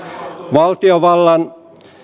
valtiovallan